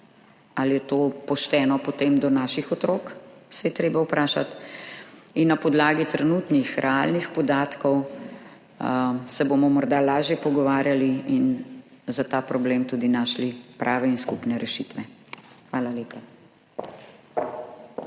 Ali je to pošteno potem do naših otrok, se je treba vprašati. Na podlagi trenutnih realnih podatkov se bomo morda lažje pogovarjali in za ta problem tudi našli prave in skupne rešitve. Hvala lepa.